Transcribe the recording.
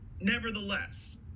Nevertheless